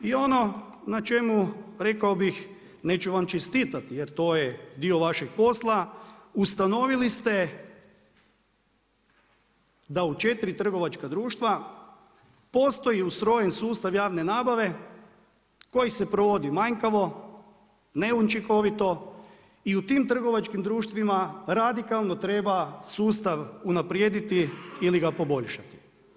I ono na čemu rekao bih, neću vam čestitati jer to je dio vašeg posla, ustanovili ste da u četiri trgovačka društva postoji ustrojen sustav javne nabave koji se provodi manjkavo, neučinkovito i u tim trgovačkim društvima radikalno treba sustav unaprijediti ili ga poboljšati.